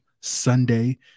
Sunday